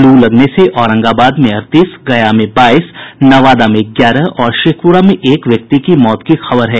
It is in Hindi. लू लगने से औरंगाबाद में अड़तीस गया में बाईस नवादा में ग्यारह और शेखपुरा में एक व्यक्ति की मौत की खबर है